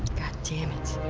goddamn it.